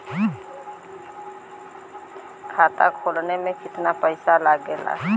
खाता खोले में कितना पैसा लगेला?